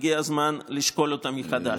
והגיע הזמן לשקול אותה מחדש.